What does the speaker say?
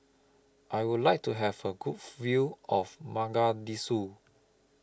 I Would like to Have A Good View of Mogadishu